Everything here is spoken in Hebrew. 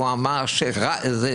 הוא אמר שסביר